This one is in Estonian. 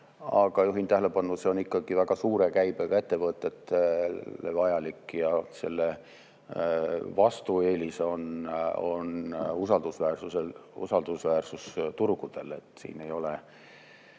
Aga juhin tähelepanu, et see on ikkagi väga suure käibega ettevõtetele vajalik ja selle vastueelis on usaldusväärsus turgudel. Siin ei ole